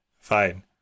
fine